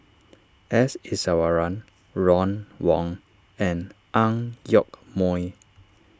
S Iswaran Ron Wong and Ang Yoke Mooi